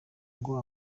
ngo